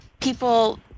people